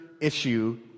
issue